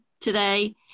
today